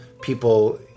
people